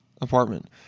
apartment